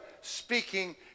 speaking